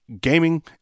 Gaming